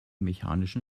mechanischen